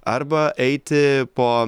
arba eiti po